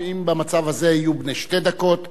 שבמצב הזה יהיו בני שתי דקות.